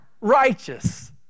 righteous